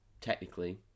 Technically